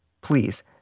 please